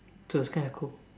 so it's kinda cool